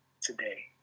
today